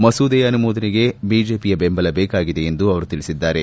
ಮಸೂದೆಯ ಅನುಮೋದನೆಗೆ ಬಿಜೆಒಯ ಬೆಂಬಲ ಬೇಕಾಗಿದೆ ಎಂದು ಅವರು ತಿಳಿಸಿದ್ದಾರೆ